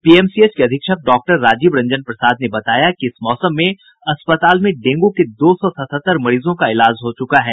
PMCH के अधीक्षक doctor Rajeev Ranjan Prasad ने बताया कि इस मौसम में अस्पताल में डेंगू के दो सौ सतहत्तर मरीजों का इलाज हो चुका है